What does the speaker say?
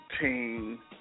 team